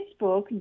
Facebook